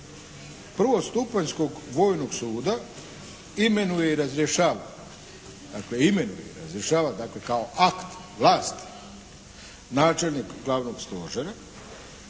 prvostupanjskog vojnog suda imenuje i razrješava, dakle imenuje i razrješava dakle kao akt, vlast načelnik Glavnog stožera,